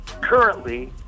currently